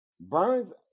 Burns